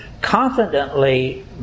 confidently